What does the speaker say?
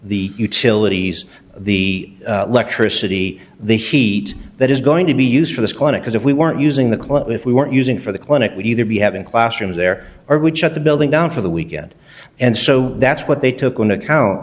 the utilities the electricity the heat that is going to be used for this clinic as if we weren't using the clip if we weren't using it for the clinic would either be having classrooms there or would shut the building down for the weekend and so that's what they took on account